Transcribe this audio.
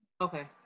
Okay